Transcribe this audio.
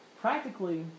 Practically